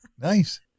Nice